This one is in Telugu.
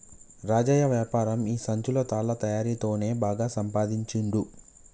రాజయ్య వ్యాపారం ఈ సంచులు తాళ్ల తయారీ తోనే బాగా సంపాదించుండు